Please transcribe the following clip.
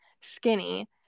skinny